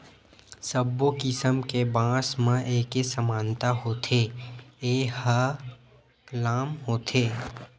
सब्बो किसम के बांस म एके समानता होथे के ए ह लाम होथे